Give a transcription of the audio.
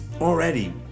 already